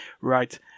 Right